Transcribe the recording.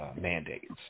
mandates